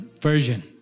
version